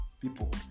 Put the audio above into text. people